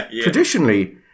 Traditionally